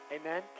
Amen